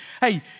hey